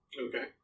Okay